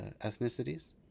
ethnicities